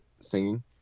singing